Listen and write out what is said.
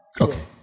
Okay